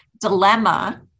dilemma